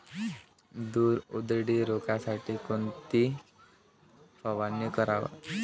तूर उधळी रोखासाठी कोनची फवारनी कराव?